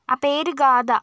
ആ പേര് ഗാഥ